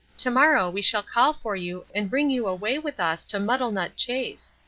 to-morrow we shall call for you and bring you away with us to muddlenut chase.